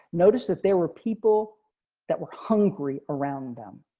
notice that there were people that were hungry around them.